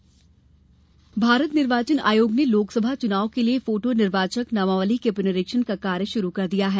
निर्वाचक पुनरीक्षण भारत निर्वाचन आयोग ने लोकसभा चुनाव के लिये फोटो निर्वाचक नामावली के पुनरीक्षण का कार्य शुरु कर दिया है